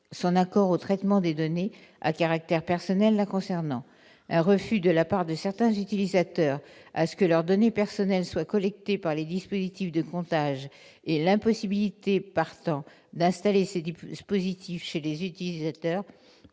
son accord au traitement des données à caractère personnel la concernant. Un refus de la part de certains utilisateurs que leurs données personnelles soient collectées par les dispositifs de comptage et l'impossibilité, partant, d'installer ces dispositifs chez ces utilisateurs